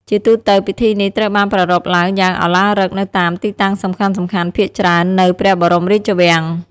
ជាទូទៅ ពិធីនេះត្រូវបានប្រារព្ធឡើងយ៉ាងឱឡារិកនៅតាមទីតាំងសំខាន់ៗភាគច្រើននៅព្រះបរមរាជវាំង។